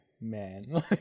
man